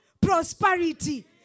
prosperity